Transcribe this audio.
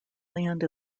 land